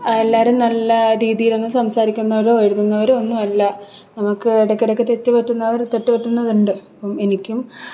എല്ലാവരും നല്ല രീതിയിലങ്ങു സംസാരിക്കുന്നവരോ എഴുതുന്നവരോ ഒന്നുമല്ല നമുക്ക് ഇടയ്ക്കിടയ്ക്കിടകൊക്കെ തെറ്റ് പറ്റുന്നവരും തെറ്റുപറ്റുന്നതുണ്ട് എനിക്കും